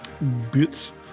Boots